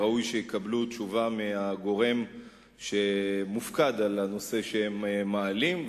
ראוי שיקבלו תשובה מהגורם שמופקד על הנושא שהם מעלים,